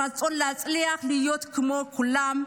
רצון להצליח להיות כמו כולם,